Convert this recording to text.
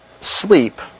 sleep